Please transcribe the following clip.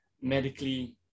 medically